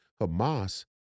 Hamas